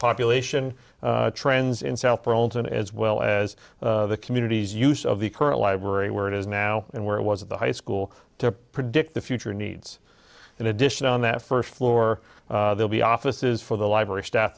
population trends in south burlington as well as the communities use of the current library where it is now and where it was at the high school to predict the future needs in addition on that first floor will be offices for the library staff